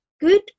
good